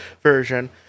version